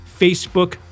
Facebook